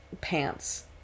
pants